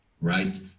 right